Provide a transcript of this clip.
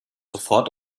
sofort